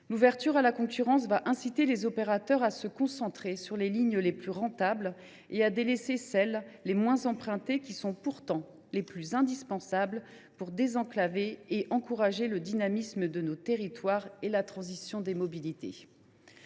L’ouverture à la concurrence incitera les opérateurs à se concentrer sur les lignes les plus rentables et à délaisser les moins empruntées, qui sont pourtant les plus indispensables pour désenclaver nos territoires, et encourager leur dynamisme et la transition des mobilités.